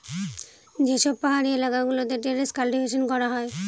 যে সব পাহাড়ি এলাকা গুলোতে টেরেস কাল্টিভেশন করা হয়